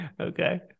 Okay